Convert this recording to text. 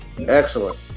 Excellent